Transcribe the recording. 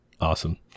awesome